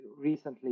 recently